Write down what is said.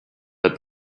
that